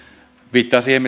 viittaan siihen